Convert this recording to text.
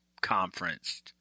conference